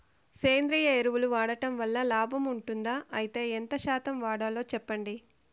సేంద్రియ ఎరువులు వాడడం వల్ల లాభం ఉంటుందా? అయితే ఎంత శాతం వాడాలో చెప్పండి?